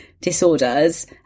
disorders